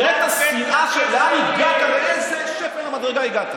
תראה את השנאה, לאן הגעתם, לאיזה שפל מדרגה הגעתם.